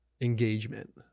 engagement